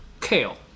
kale